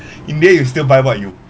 in the end you still buy what you